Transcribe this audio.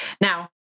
Now